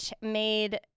made